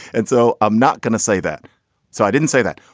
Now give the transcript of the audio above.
and so i'm not going to say that so i didn't say that.